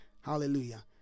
Hallelujah